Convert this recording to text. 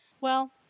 Well